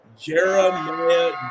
jeremiah